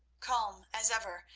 calm as ever,